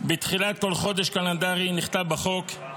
בתחילת כל חודש קלנדרי, נכתב בחוק,